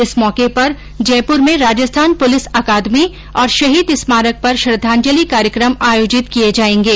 इस मौके पर जयपुर में राजस्थान पुलिस अकादमी और शहीद स्मारक पर श्रद्वांजलि कार्यक्रम आयोजित किये जायेगे